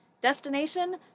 Destination